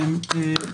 שהצטרפו